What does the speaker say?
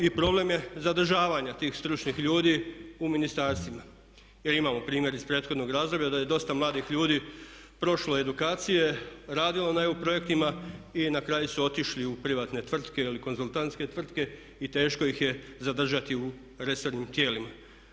I problem je zadržavanja tih stručnih ljudi u ministarstvima jer imamo primjer iz prethodnog razdoblja da je dosta mladih ljudi prošlo edukacije, radilo na EU projektima i na kraju su otišli u privatne tvrtke ili konzultantske tvrtke i teško ih je zadržati u resornim tijelima.